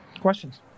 Questions